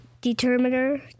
determiner